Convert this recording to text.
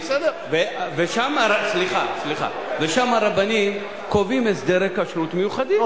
ושם הרבנים קובעים הסדרי כשרות מיוחדים.